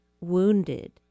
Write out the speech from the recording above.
wounded